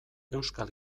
euskal